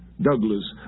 Douglas